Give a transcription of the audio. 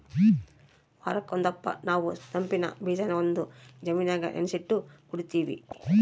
ವಾರುಕ್ ಒಂದಪ್ಪ ನಾವು ತಂಪಿನ್ ಬೀಜಾನ ಒಂದು ಜಾಮಿನಾಗ ನೆನಿಸಿಟ್ಟು ಕುಡೀತೀವಿ